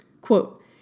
Quote